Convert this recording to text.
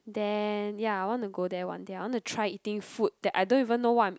then ya I want to go there one day I want to try eating food that I don't even know what I'm